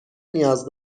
نیاز